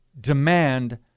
demand